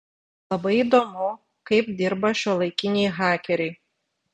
labai įdomu kaip dirba šiuolaikiniai hakeriai